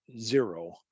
zero